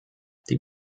die